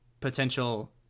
potential